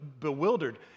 bewildered